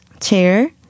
chair